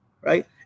right